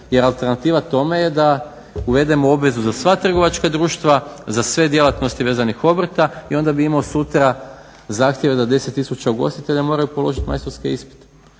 Jer alternativa tome je da uvedemo obvezu za sva trgovačka društva, za sve djelatnosti vezanih obrta i onda bi imao sutra zahtjeve da 10000 ugostitelja moraju položiti majstorske ispite.